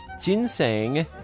ginseng